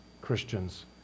Christians